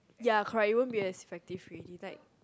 ya correct it won't be as effective already like